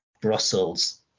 Brussels